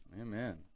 amen